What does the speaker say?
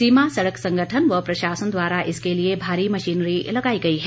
सीमा सड़क संगठन व प्रशासन द्वारा इसके लिए भारी मशीनरी लगाई गई है